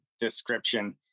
description